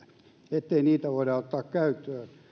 ettei niitä voida ottaa käyttöön